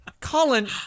Colin